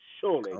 surely